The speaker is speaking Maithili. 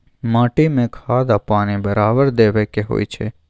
माटी में खाद आ पानी बराबर देबै के होई छै